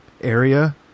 area